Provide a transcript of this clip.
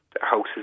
houses